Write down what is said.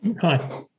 Hi